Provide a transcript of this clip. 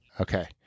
Okay